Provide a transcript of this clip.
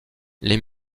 les